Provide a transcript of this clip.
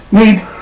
need-